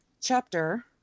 chapter